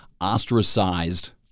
ostracized